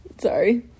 sorry